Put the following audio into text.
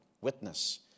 witness